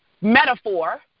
metaphor